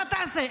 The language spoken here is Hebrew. מה תעשה?